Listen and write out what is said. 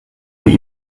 mir